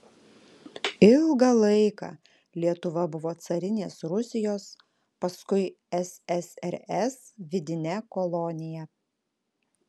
ilgą laiką lietuva buvo carinės rusijos paskui ssrs vidine kolonija